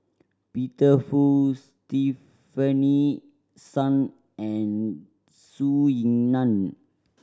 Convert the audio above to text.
Peter Fu Stefanie Sun and Zhou Ying Nan